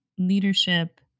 leadership